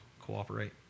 cooperate